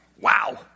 Wow